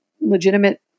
legitimate